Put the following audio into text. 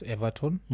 Everton